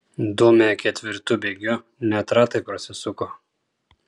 dūmė ketvirtu bėgiu net ratai prasisuko